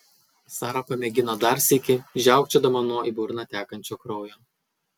sara pamėgino dar sykį žiaukčiodama nuo į burną tekančio kraujo